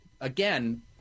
again